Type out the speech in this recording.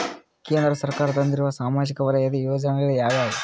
ಕೇಂದ್ರ ಸರ್ಕಾರ ತಂದಿರುವ ಸಾಮಾಜಿಕ ವಲಯದ ಯೋಜನೆ ಯಾವ್ಯಾವು?